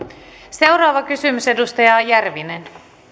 seuraava kysymys edustaja järvinen